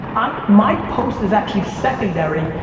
um my post is actually secondary,